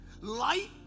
Light